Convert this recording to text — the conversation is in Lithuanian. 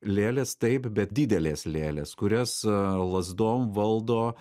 lėlės taip bet didelės lėlės kurias lazdom valdo